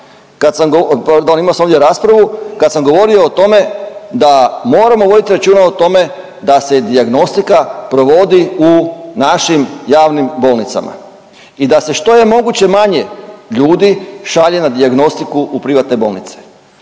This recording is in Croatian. kad sam govorio o tome da moramo voditi računa o tome da se dijagnostika provodi u našim javnim bolnicama i da se što je moguće manje ljudi šalje na dijagnostiku u privatne bolnice.